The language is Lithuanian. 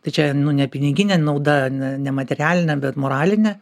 tai čia nu ne piniginė nauda ne materialinė bet moralinė